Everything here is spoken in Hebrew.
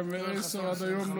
לסעיף הבא שעל סדר-היום,